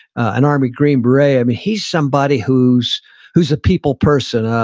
an army green beret, he's somebody who's who's a people person.